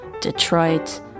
Detroit